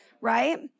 right